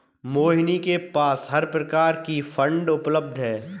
मोहिनी के पास हर प्रकार की फ़ंड उपलब्ध है